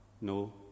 No